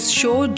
show